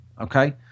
Okay